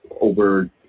over